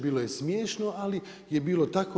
Bilo je smiješno, ali je bilo tako.